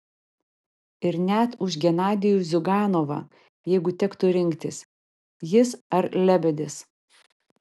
ir net už genadijų ziuganovą jeigu tektų rinktis jis ar lebedis